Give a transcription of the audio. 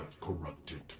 corrupted